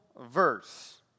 verse